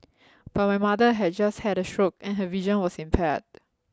but my mother had just had a stroke and her vision was impaired